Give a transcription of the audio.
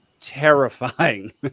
terrifying